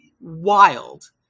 wild